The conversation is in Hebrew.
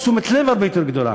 תשומת לב הרבה יותר גדולה,